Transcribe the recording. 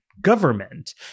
government